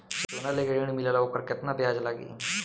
सोना लेके ऋण मिलेला वोकर केतना ब्याज लागी?